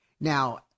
Now